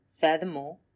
Furthermore